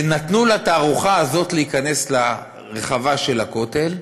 ונתנו לתערוכה הזאת להיכנס לרחבה של הכותל,